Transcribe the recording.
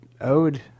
ode